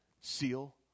seal